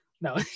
No